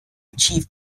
achieve